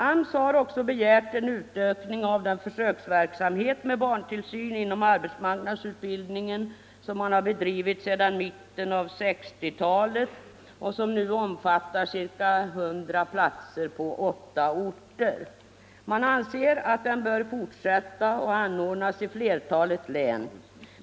AMS har också begärt en utökning av den försöksverksamhet med barntillsyn inom arbetsmarknadsutbildningen som man bedrivit sedan mitten av 1960-talet och som nu omfattar ca 100 platser på åtta orter. Man anser att den bör fortsätta och anordnas i flertalet län.